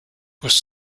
was